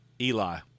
Eli